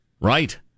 right